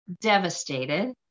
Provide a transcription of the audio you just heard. devastated